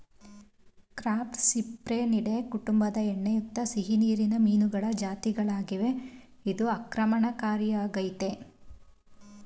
carp Cyprinidae ಕುಟುಂಬದ ಎಣ್ಣೆಯುಕ್ತ ಸಿಹಿನೀರಿನ ಮೀನುಗಳ ಜಾತಿಗಳಾಗಿವೆ ಇದು ಆಕ್ರಮಣಕಾರಿಯಾಗಯ್ತೆ